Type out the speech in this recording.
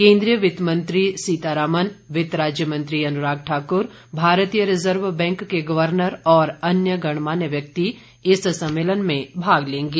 केन्द्रीय वित्त मंत्री सीता रामन वित्त राज्य मंत्री अनुराग ठाक्र भारतीय रिजर्व बैंक के गवर्नर और अन्य गणमान्य व्यक्ति इस सम्मेलन में भाग लेंगे